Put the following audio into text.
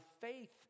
faith